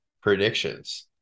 predictions